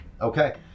okay